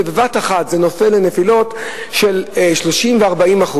ובבת-אחת זה נופל נפילות של 30% ו-40%.